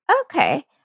Okay